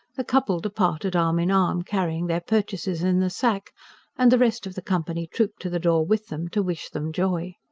the couple departed arm-in-arm, carrying their purchases in the sack and the rest of the company trooped to the door with them, to wish them joy.